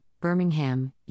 Birmingham